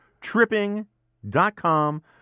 Tripping.com